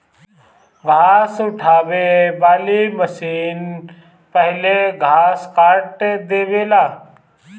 घास उठावे वाली मशीन पहिले घास काट देवेला